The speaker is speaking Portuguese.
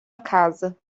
casa